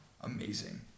amazing